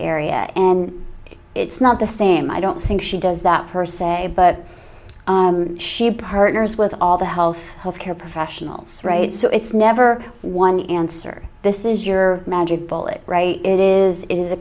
area and it's not the same i don't think she does that per se but she partners with all the health care professionals right so it's never one answer this is your magic bullet right it is it